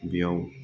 बेयाव